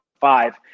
five